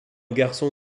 garçon